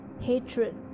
Hatred